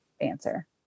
answer